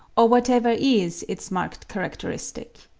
or whatever is its marked characteristic.